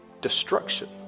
destruction